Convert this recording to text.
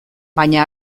baina